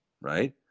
right